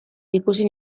ikusi